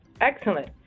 Excellent